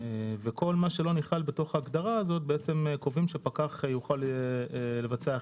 וכל מה שלא נכלל בהגדרה הזאת קובעים שפקח יוכל לבצע אכיפה.